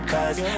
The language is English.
Cause